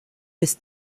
bis